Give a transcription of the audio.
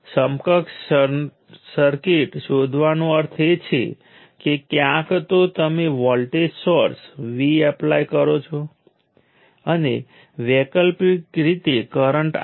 તેથી હું જે બતાવવા જઈ રહ્યો છું તે એ છે કે તમે ગમે તે રેફરન્સ પસંદ કરો છો પાવરની વ્યાખ્યામાં કોઈ અસ્પષ્ટતા નથી